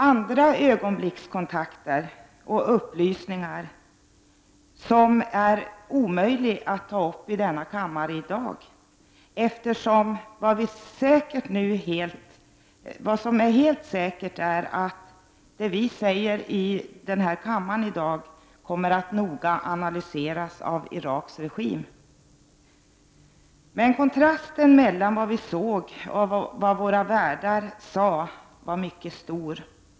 Andra ögonblickskontakter och upplysningar är omöjliga att ta upp i denna kammare i dag, eftersom vad vi säger nu helt säkert noga kommer att analyseras av den Irakiska regimen. Kontrasten mellan vad vi såg och vad våra värdar sade var mycket stor.